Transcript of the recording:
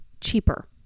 cheaper